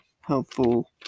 helpful